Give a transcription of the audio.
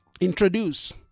introduce